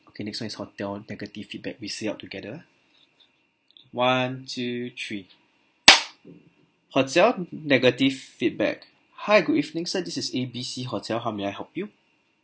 okay next [one] is hotel negative feedback we say out together one two three hotel negative feedback hi good evening sir this is A B C hotel how may I help you